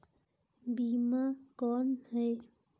बीमा कौन है?